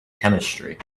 chemistry